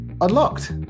Unlocked